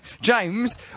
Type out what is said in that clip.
James